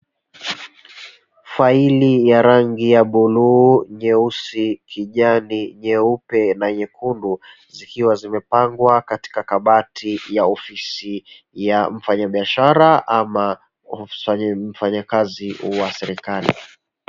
Faili ya rangi ya bluu, nyeusi, kijani, nyeupe na nyekundu, zikiwa zimepangwa katika kabati ya ofisi ya mfanyabiashara ama mfanyakazi wa serikali.